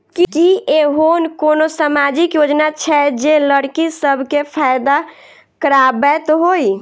की एहेन कोनो सामाजिक योजना छै जे लड़की सब केँ फैदा कराबैत होइ?